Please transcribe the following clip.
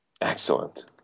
Excellent